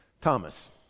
Thomas